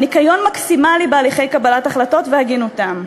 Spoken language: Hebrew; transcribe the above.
על ניקיון מקסימלי בהליכי קבלת החלטות ועל הגינותן.